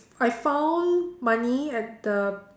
I found money at the